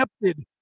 accepted